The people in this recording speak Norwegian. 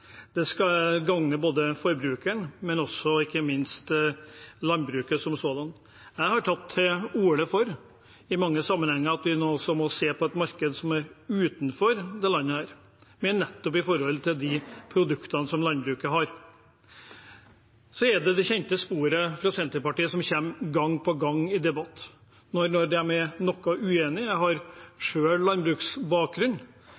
Det skal gagne både forbrukeren og ikke minst landbruket som sådant. Jeg har tatt til orde for i mange sammenhenger at vi nå også må se på et marked utenfor dette landet, nettopp for de produktene som landbruket har. Så er det det kjente sporet fra Senterpartiet som man kommer inn på gang på gang i debatt når de er uenig. Jeg